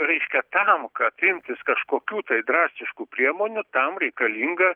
reiškia tam kad imtis kažkokių drastiškų priemonių tam reikalinga